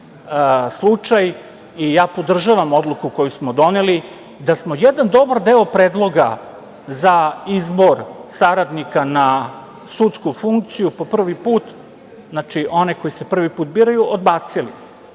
i ja podržavam odluku koju smo doneli, da smo jedan dobar deo predloga za izbor saradnika na sudsku funkciju po prvi put, znači one koji se prvi put biraju, odbacili